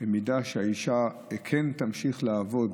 במידה שהאישה כן תמשיך לעבוד